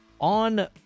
on